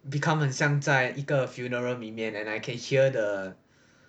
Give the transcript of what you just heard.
become 很像在一个 funeral 里面 and I can hear the